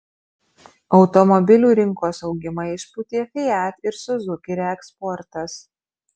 automobilių rinkos augimą išpūtė fiat ir suzuki reeksportas